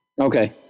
okay